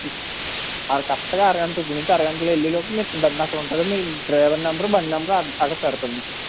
అక్కడ కరెక్ట్గా అరగంట నుంచి అరగంటలో వెళ్ళేలోపు మీకు బండి అక్కడ ఉంటుంది మీకు డ్రైవర్ నెంబరు బండి నెంబరు అక్కడ పెడతాము మీకు